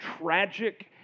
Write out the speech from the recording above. tragic